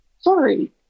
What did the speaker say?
sorry